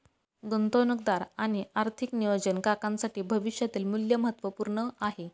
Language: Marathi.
गुंतवणूकदार आणि आर्थिक नियोजन काकांसाठी भविष्यातील मूल्य महत्त्वपूर्ण आहे